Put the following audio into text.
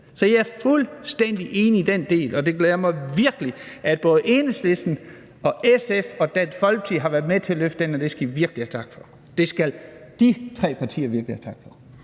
Så jeg er fuldstændig enig i den del, og det glæder mig virkelig, at både Enhedslisten, SF og Dansk Folkeparti har været med til at løfte det her, og det skal de tre partier virkelig have tak for.